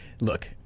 Look